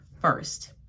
first